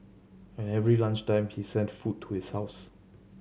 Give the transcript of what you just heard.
and every lunch time he sent food to his house